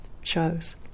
shows